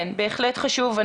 בהחלט חשוב.